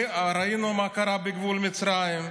ראינו מה קרה בגבול מצרים.